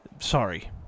Sorry